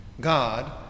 God